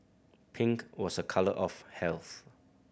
pink was a colour of health